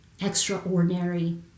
extraordinary